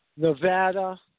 Nevada